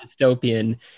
dystopian